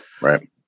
Right